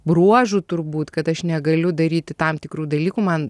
bruožų turbūt kad aš negaliu daryti tam tikrų dalykų man